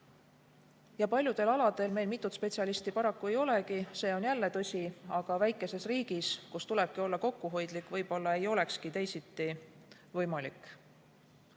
tublid. Paljudel aladel meil mitut spetsialisti paraku ei olegi, see on jälle tõsi, aga väikeses riigis, kus tulebki olla kokkuhoidlik, võib-olla ei olekski teisiti võimalik.